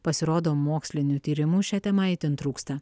pasirodo mokslinių tyrimų šia tema itin trūksta